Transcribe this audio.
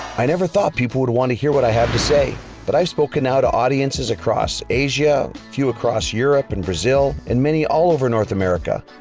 i never thought people would want to hear what i have to say, but i've spoken now to audiences across asia, a few across europe and brazil, and many all-over north america.